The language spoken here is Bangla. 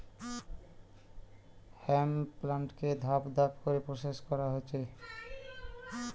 হেম্প প্লান্টকে ধাপ ধাপ করে প্রসেস করা হতিছে